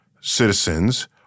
citizens